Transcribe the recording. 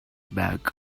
bag